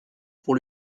pour